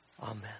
Amen